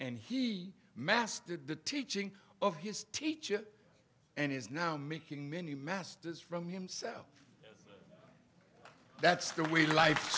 and he mastered the teaching of his teacher and is now making many masters from himself that's the way life